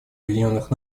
объединенных